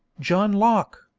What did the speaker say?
john locke,